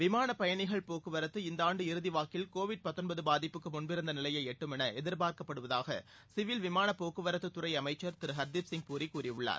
விமானப் பயணிகள் போக்குவரத்து இந்த ஆண்டு இறுதிவாக்கில் கோவிட் பாதிப்புக்கு முன்பிருந்த நிலையை எட்டும் என எதிர்பார்க்கப்படுவதாக சிவில் விமானப் போக்குவரத்துத்துறை அமைச்சர் திரு ஹர்தீப்சிங் பூரி கூறியுள்ளார்